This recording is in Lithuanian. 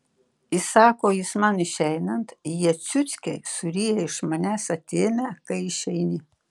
įsako jis man išeinant jie ciuckiai suryja iš manęs atėmę kai išeini